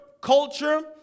culture